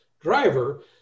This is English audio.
Driver